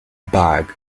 bag